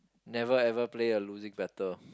never ever play a losing battle